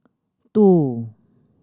two